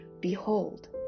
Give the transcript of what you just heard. Behold